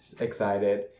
excited